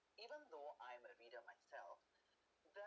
even though I am a reader myself the